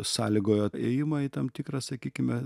sąlygojo ėjimą į tam tikrą sakykime